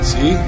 See